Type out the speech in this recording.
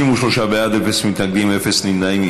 53 בעד, אפס מתנגדים ואפס נמנעים.